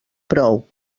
prou